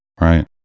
Right